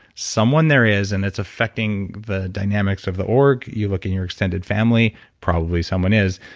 someone there is, and it's affecting the dynamics of the org. you look in your extended family, probably someone is.